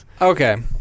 Okay